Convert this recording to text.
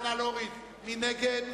מי נגד?